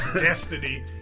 Destiny